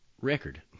record